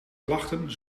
klachten